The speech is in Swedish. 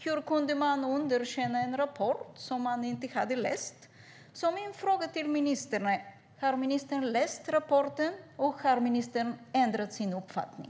Hur kunde man underkänna en rapport som man inte hade läst? Mina frågor till ministern är: Har ministern läst rapporten? Har ministern ändrat sin uppfattning?